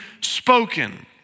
spoken